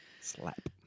Slap